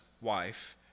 wife